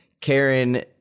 Karen